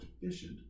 efficient